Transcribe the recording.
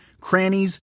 crannies